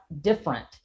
different